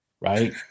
right